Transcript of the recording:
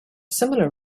similar